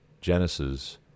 Genesis